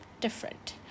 different